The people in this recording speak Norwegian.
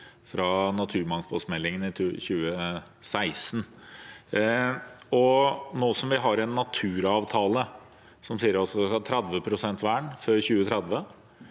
fra naturmangfoldmeldingen i 2016. Nå som vi har en naturavtale som sier at vi skal ha 30 pst. vern av natur før 2030,